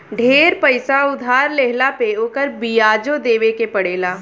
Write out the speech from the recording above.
ढेर पईसा उधार लेहला पे ओकर बियाजो देवे के पड़ेला